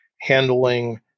handling